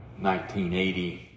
1980